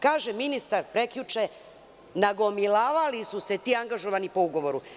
Kažem ministar prekjuče – nagomilavali su se ti angažovani po ugovoru.